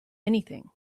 anything